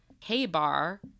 K-Bar